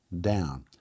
down